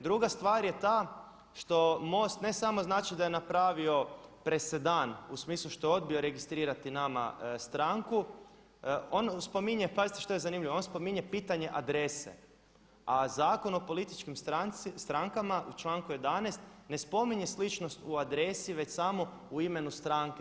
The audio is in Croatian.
Druga stvar je ta što MOST ne samo znači da je napravio presedan u smislu što je odbio registrirati nama stranku, on spominje, pazite što je zanimljivo on spominje pitanje adrese a Zakon o političkim strankama u članku 11. ne spominje sličnost u adresi već samo u imenu stranke.